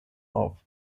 auf